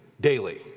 daily